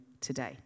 today